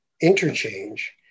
interchange